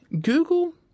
Google